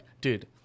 dude